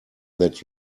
that